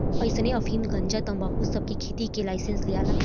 अइसने अफीम, गंजा, तंबाकू सब के खेती के लाइसेंस लियाला